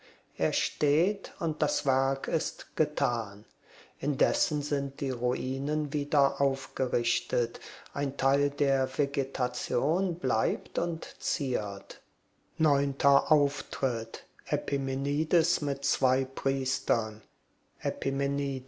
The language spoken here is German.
es steht und das werk ist getan indessen sind die ruinen wieder aufgerichtet ein teil der vegetation bleibt und ziert neunter auftritt epimenides mit zwei priestern